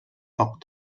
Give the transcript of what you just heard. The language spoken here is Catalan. poc